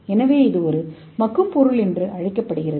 எனவே இது ஒரு மக்கும் பொருள் என்று அழைக்கப்படுகிறது